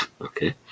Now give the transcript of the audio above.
okay